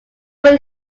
will